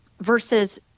Versus